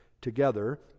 together